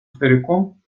стариком